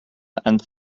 and